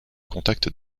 contact